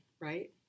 right